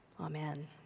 Amen